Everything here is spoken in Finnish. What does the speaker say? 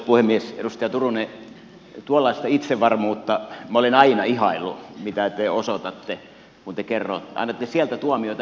edustaja turunen tuollaista itsevarmuutta minä olen aina ihaillut mitä te osoitatte kun te annatte sieltä tuomioita